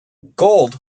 gold